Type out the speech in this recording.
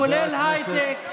כולל הכול, כולל הייטק.